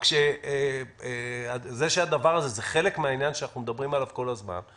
רק שזה חלק מן העניין שאנחנו מדברים עליו כל הזמן,